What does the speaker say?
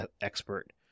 expert